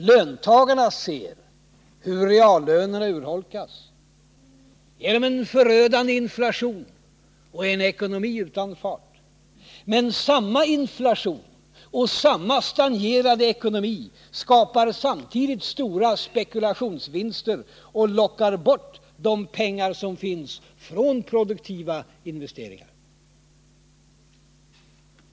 Löntagarna ser hur reallönerna urholkas genom en förödande inflation och en ekonomi utan fart. Men samma inflation och samma stagnerade ekonomi skapar samtidigt stora spekulationsvinster och lockar bort de pengar som finns från produktiva investeringar.